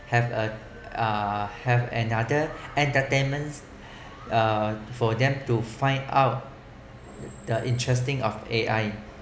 have a uh have another entertainment uh for them to find out the interesting of A_I